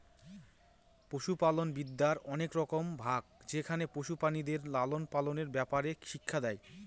পশুপালনবিদ্যার অনেক রকম ভাগ যেখানে পশু প্রাণীদের লালন পালনের ব্যাপারে শিক্ষা দেয়